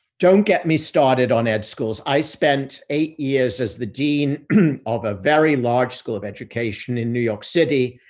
don't get me started on ed schools. i spent eight years as the dean of a very large school of education in new york city,